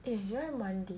eh should I mandi